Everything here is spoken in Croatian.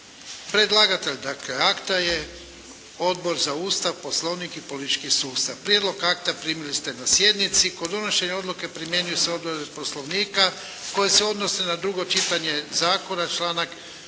Predlagatelj: Odbor za Ustav, Poslovnik i politički sustav Prijedlog akta primili ste na sjednici. Kod donošenja odluke primjenjuju se odredbe Poslovnika koje se odnose na drugo čitanje zakona, članak